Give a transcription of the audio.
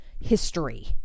history